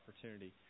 opportunity